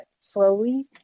slowly